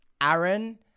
Aaron